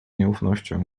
nieufnością